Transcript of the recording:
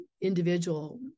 individual